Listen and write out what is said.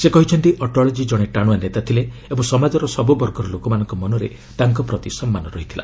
ସେ କହିଛନ୍ତି ଅଟଳଜୀ ଜଣେ ଟାଣୁଆ ନେତା ଥିଲେ ଏବଂ ସମାଜର ସବୁ ବର୍ଗର ଲୋକମାନଙ୍କ ମନରେ ତାଙ୍କ ପ୍ରତି ସମ୍ମାନ ରହିଥିଲା